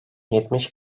yetmiş